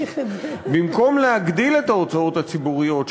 במקום להגדיל את ההוצאות הציבוריות,